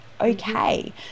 okay